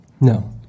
No